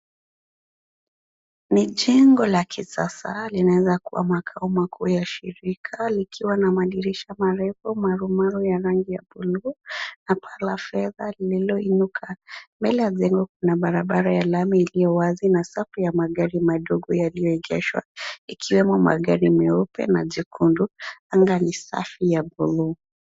Ni jengo la kisasa linaweza kuwa makao makuu ya shirika likiwa na madirisha marefu marumaru ya rangi ya bluu Paa la fedha lililoinuka. Mbele ya jengo kuna barabara iliyo wazi na safu ya magari madogo yaliyoegeshwa ikiwemo magari meupe na jekundu. Anga ni safi ya bluu.